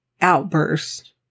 outburst